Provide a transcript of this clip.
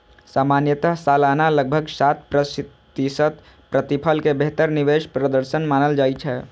सामान्यतः सालाना लगभग सात प्रतिशत प्रतिफल कें बेहतर निवेश प्रदर्शन मानल जाइ छै